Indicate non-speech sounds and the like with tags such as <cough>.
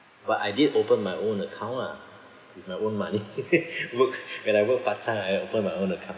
but I did open my own account lah with my own money <laughs> work when I work part time I open my own account